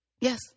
Yes